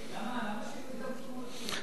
למה שינו את המקומות שוב?